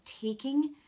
taking